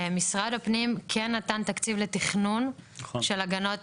משרד הפנים כן נתן תקציב לתכנון של הגנות